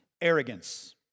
arrogance